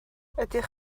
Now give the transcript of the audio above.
ydych